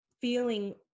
feeling